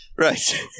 Right